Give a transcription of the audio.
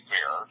Fair